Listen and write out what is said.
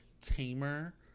tamer